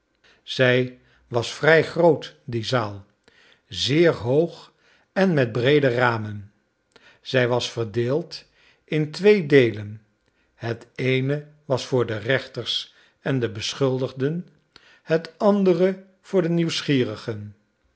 zij was vrij groot die zaal zeer hoog en met breede ramen zij was verdeeld in twee deelen het eene was voor de rechters en de beschuldigden het andere voor de nieuwsgierigen